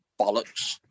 bollocks